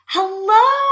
Hello